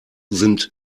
sind